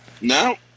no